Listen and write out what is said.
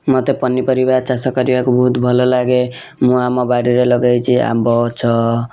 ମୋତେ ପନିପରିବା ଚାଷ କରିବାକୁ ବହୁତ ଭଲ ଲାଗେ ମୁଁ ଆମ ବାଡ଼ିରେ ଲଗାଇଛି ଆମ୍ବ ଗଛ